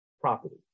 property